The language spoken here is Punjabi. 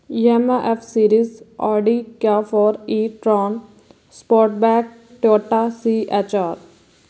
Yamaha F series Audi Q four E tron Sportback Toyota C H R